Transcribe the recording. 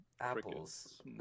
apples